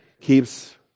keeps